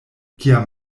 kiam